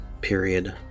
period